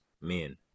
men